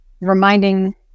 reminding